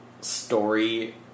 story